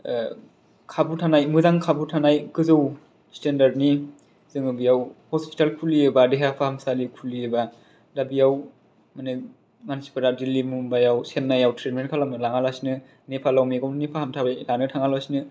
खाबु थानाय मोजां खाबु थानाय गोजौ सितेन्दारनि जोङो बेयाव हस्पिटाल खुलियोबा देहा फाहामसालि खुलियोबा दा बेयाव माने मानसिफ्रा दिल्ली मुम्बाइयाव चेन्नाइयाव त्रितमेन्ट खालामनो लाङा लासिनो नेपालाव मेगननि फाहामथाय लानो थाङा लासिनो